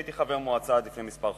הייתי חבר מועצה עד לפני כמה חודשים,